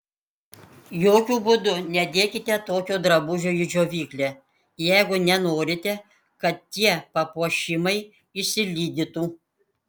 jokiu būdu nedėkite tokio drabužio į džiovyklę jeigu nenorite kad tie papuošimai išsilydytų